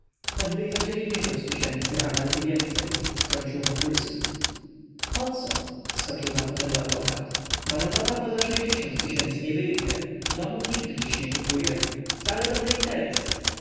choćby za dziewięćdziesiąt tysięcy a nawet i więcej wtrącił wokulski poco skoczył na fotelu adwokat baronowa poza sześćdziesiąt tysięcy nie wyjdzie domów nikt dziś nie kupuje wcale dobry interes